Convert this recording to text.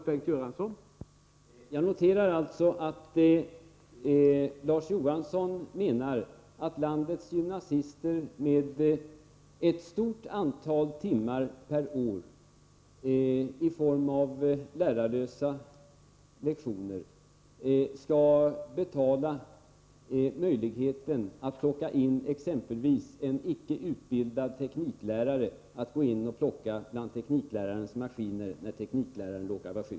Herr talman! Jag noterar att Larz Johansson menar att landets gymnasister med ett stort antal lärarlösa lektioner per år skall betala möjligheten att låta exempelvis en icke utbildad tekniklärare gå in och plocka bland den ordinarie tekniklärarens maskiner när denne råkar vara sjuk.